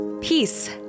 peace